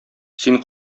син